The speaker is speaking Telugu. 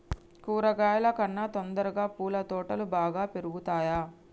కూరగాయల కన్నా తొందరగా పూల తోటలు బాగా పెరుగుతయా?